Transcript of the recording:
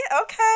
okay